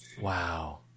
Wow